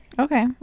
Okay